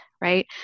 right